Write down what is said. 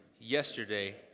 yesterday